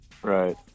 Right